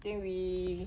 then we